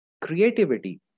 creativity